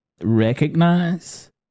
Recognize